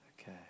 Okay